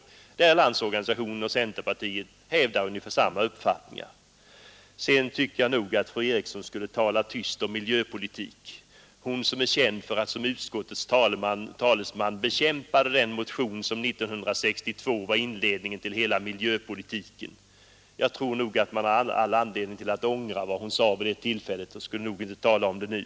Där hävdar Landsorganisationen och centerpartiet ungefär samma uppfattningar. Jag tycker att fru Eriksson skulle tala tyst om miljöpolitik. Hon som är känd för att hon som utskottets talesman bekämpade den motion som 1962 var inledningen till hela miljöpolitiken. Hon har all anledning att ångra vad hon sade vid det tillfället och skulle nog inte tala om det nu.